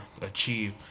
achieve